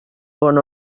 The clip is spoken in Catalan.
bon